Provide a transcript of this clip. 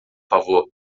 favor